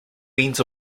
means